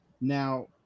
Now